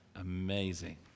Amazing